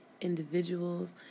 individuals